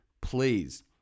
please